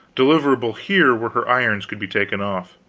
deliverable here where her irons could be taken off.